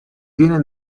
tiene